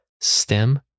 stem